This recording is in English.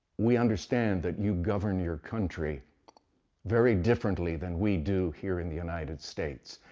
we understand that you govern your country very differently than we do here in the united states.